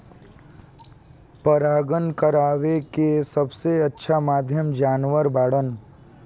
परागण करावेके सबसे अच्छा माध्यम जानवर बाड़न